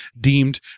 deemed